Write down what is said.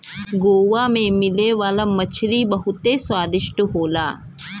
गोवा में मिले वाला मछरी बहुते स्वादिष्ट होला